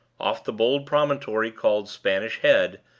off the bold promontory called spanish head,